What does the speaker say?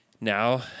now